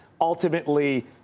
Ultimately